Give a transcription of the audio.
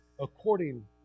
according